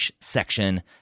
section